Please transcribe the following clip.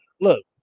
look